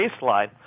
baseline